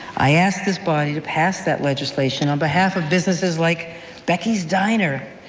i ask this body to pass that legislation on behalf of businesses like becky's diner,